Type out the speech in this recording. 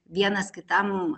vienas kitam